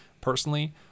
personally